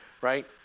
right